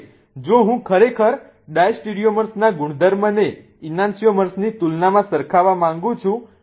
હવે જો હું ખરેખર ડાયસ્ટેરિયોમર ના ગુણધર્મોને ઈનાન્સિઓમર્સની તુલનામાં સરખાવવા માંગું છું